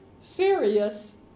serious